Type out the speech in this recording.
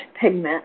pigment